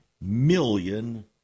million